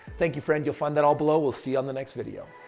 thank you friend, you'll find that all below. we'll see on the next video